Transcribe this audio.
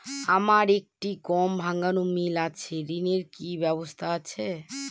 আমার একটি গম ভাঙানোর মিল আছে ঋণের কি ব্যবস্থা আছে?